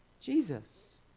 Jesus